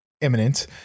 imminent